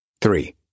Three